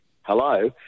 hello